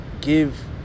give